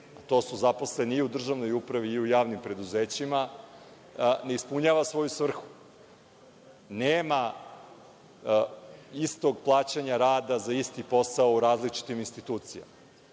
to su zaposleni i u državnoj upravi i u javnim preduzećima, ne ispunjava svoju svrhu, nema istog plaćana rada za isti posao u različitim institucijama. Tako